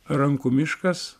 rankų miškas